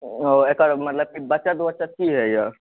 ओ एकर मतल बचत उचत की होइया